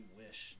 wish